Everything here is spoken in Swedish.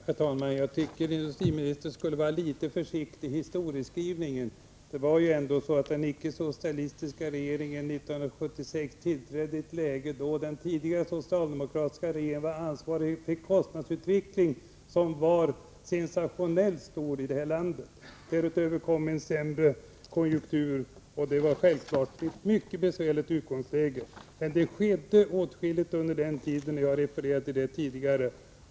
Herr talman! Jag tycker att industriministern skulle vara litet försiktig med historieskrivningen. Det var ju ändå så, att den icke-socialistiska regeringen år 1976 tillträdde i ett läge då den tidigare, socialdemokratiska, regeringen var ansvarig för en kostnadsutveckling i det här landet som var sensationell. Därutöver var det då en sämre konjunktur, och det var självfallet ett mycket besvärligt utgångsläge. Det skedde åtskilligt under den tiden, och jag har refererat till det tidigare.